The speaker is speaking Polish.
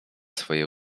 swoje